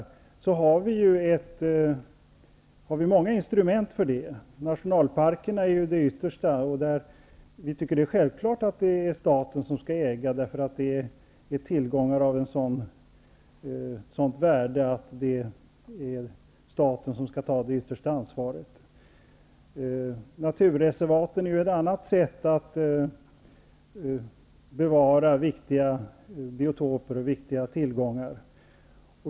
Nationalparkerna är ju det yttersta instrumentet, och i det sammanhanget tycker vi att det är självklart att det är staten som skall äga, eftersom det är fråga om tillgångar av ett sådant värde att staten bör ta det yttersta ansvaret. Naturreservaten utgör ett annat sätt att bevara viktiga biotoper och viktiga tillgångar.